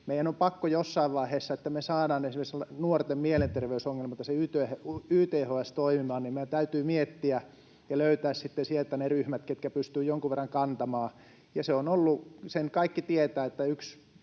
Meidän on pakko jossain vaiheessa, että me saadaan esimerkiksi nuorten mielenterveysongelmat ja se YTHS toimimaan, miettiä ja löytää sieltä ne ryhmät, ketkä pystyvät jonkun verran kantamaan. Sen kaikki tietävät, että yksi